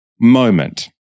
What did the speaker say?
moment